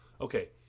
Okay